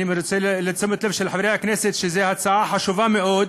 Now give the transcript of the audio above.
אני רוצה להפנות לתשומת לב חברי הכנסת שזו הצעה חשובה מאוד